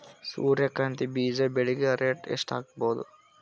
ಸೂರ್ಯ ಕಾಂತಿ ಬೀಜ ಬೆಳಿಗೆ ರೇಟ್ ಎಷ್ಟ ಆಗಬಹುದು?